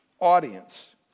audience